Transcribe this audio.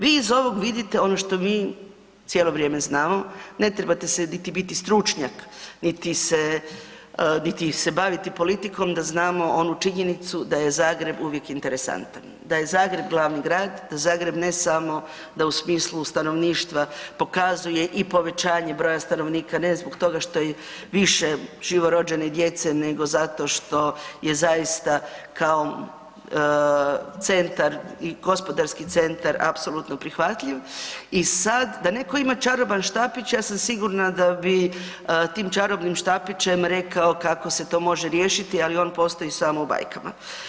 Vi iz ovog vidite ono što mi cijelo vrijeme znamo, ne trebate se niti biti stručnjak, niti se, niti se baviti politikom da znamo onu činjenicu da je Zagreb uvijek interesantan, da je Zagreb glavni grad, da Zagreb ne samo da u smislu stanovništva pokazuje i povećanje broja stanovnika ne zbog toga što je više živorođene djece nego zato što je zaista kao centar i gospodarski centar apsolutno prihvatljiv i sad da netko ima čaroban štapić ja sam sigurna da bi tim čarobnim štapićem rekao kako se to može riješiti, ali on postoji samo u bajkama.